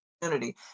community